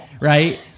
right